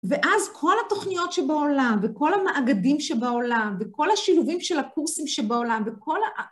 ואז כל התוכניות שבעולם, וכל המאגדים שבעולם, וכל השילובים של הקורסים שבעולם, וכל ה...